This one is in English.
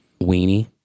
weenie